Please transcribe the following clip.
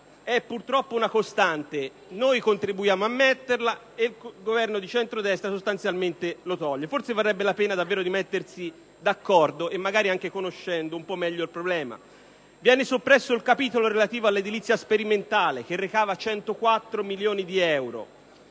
è purtroppo una costante: noi contribuiamo a metterlo e il Governo di centrodestra sostanzialmente lo toglie. Forse varrebbe la pena mettersi d'accordo, magari anche conoscendo meglio il problema. Viene soppresso il capitolo relativo all'edilizia sperimentale, che recava 104 milioni di euro.